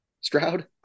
Stroud